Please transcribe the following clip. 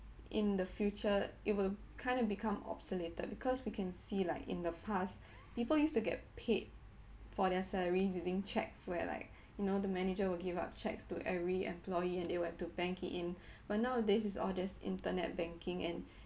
in the future it will kinda become obsoleted because we can see like in the past people used to get paid for their salaries using cheques where like you know the manager will give out cheques to every employee and they would have to bank it in but nowadays is all just internet banking and